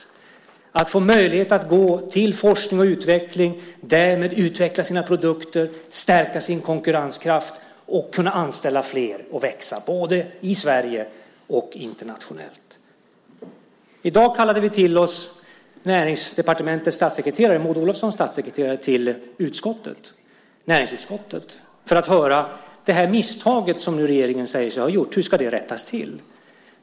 Det handlar om att få möjlighet att gå till forskning och utveckling och därmed utveckla sina produkter, stärka sin konkurrenskraft och kunna anställa flera och växa, både i Sverige och internationellt. I dag kallade vi till oss Näringsdepartementets statssekreterare, Maud Olofssons statssekreterare, till näringsutskottet för att höra hur det misstag som regeringen nu säger sig ha gjort ska rättas till.